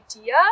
idea